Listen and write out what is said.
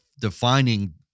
defining